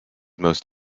most